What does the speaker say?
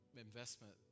investment